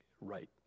right